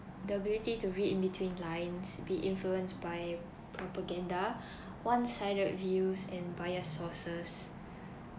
the ability to read in between lines be influenced by propaganda one-sided views and biased sources